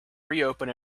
reopen